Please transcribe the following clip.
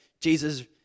Jesus